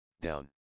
down